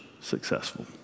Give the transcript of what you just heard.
successful